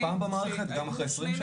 לא היה אף פעם במערכת, גם אחרי 20 שנה?